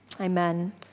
Amen